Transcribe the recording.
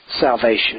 salvation